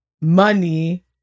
money